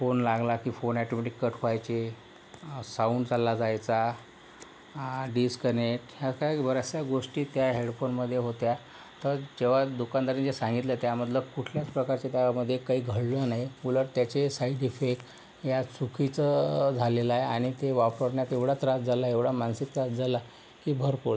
phone लागला की phone automatic cut व्हायचे साउंड चालला जायचा डिस्कनेक्ट ह्या काही बऱ्याचशा गोष्टी त्या हेडफोनमध्ये होत्या तर जेव्हा दुकानदाराने जे सांगितलं त्यामधलं कुठल्याच प्रकारचे त्यामध्ये काही घडलं नाही उलट त्याचे साईडइफेक्ट या चुकीचं झालेलं आहे आणि ते वापरण्यात एवढा त्रास झाला एवढा मानसिक त्रास झाला की भरपूर